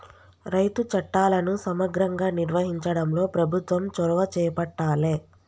రైతు చట్టాలను సమగ్రంగా నిర్వహించడంలో ప్రభుత్వం చొరవ చేపట్టాలె